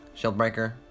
Shieldbreaker